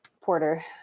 Porter